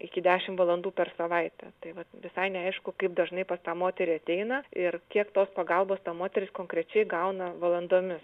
iki dešimt valandų per savaitę tai vat visai neaišku kaip dažnai pas tą moterį ateina ir kiek tos pagalbos ta moteris konkrečiai gauna valandomis